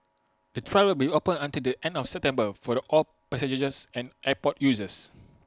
the trail will be open until the end of September for all passengers and airport users